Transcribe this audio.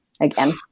again